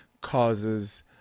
causes